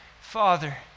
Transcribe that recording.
Father